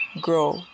grow